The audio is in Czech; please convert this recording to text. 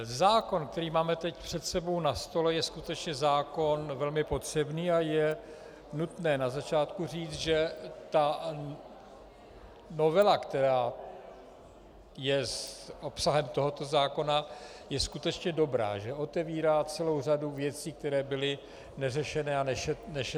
Zákon, který máme teď před sebou na stole, je skutečně zákon velmi potřebný a je nutné na začátku říct, že novela, která je obsahem tohoto zákona, je skutečná dobrá, že otevírá celou řadu věcí, které byly neřešeny a nešetřeny.